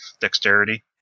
dexterity